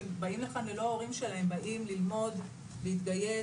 שבאים לכאן ללא ההורים שלהם, באים ללמוד, להתגייס,